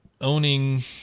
owning